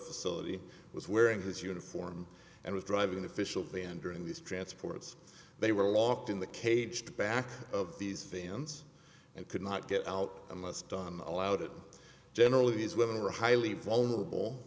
facility was wearing his uniform and was driving official vandar in these transports they were lost in the cage back of these fans and could not get out unless don allowed it generally these women were highly vulnerable